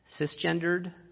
cisgendered